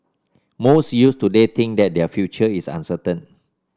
most youths today think that their future is uncertain